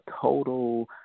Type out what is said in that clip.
total